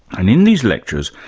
and in these lectures,